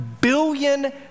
billion